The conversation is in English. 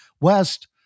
West